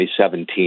2017